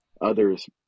others